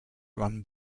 run